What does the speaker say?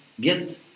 get